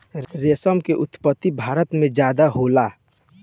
रेशम के उत्पत्ति भारत में ज्यादे होला